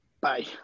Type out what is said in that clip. Bye